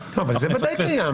אנחנו נפספס --- זה ודאי קיים,